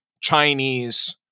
Chinese